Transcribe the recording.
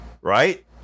right